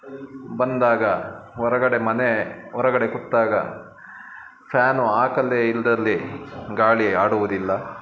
ಬಂದಾಗ ಹೊರಗಡೆ ಮನೆ ಹೊರಗಡೆ ಕೂತಾಗ ಫ್ಯಾನು ಹಾಕದೇ ಇಲ್ಲದಲ್ಲಿ ಗಾಳಿ ಆಡುವುದಿಲ್ಲ